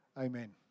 Amen